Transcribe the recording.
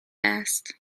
است